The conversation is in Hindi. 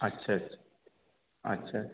अच्छा अच्छा अच्छा